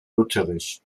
lutherisch